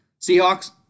Seahawks